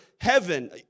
heaven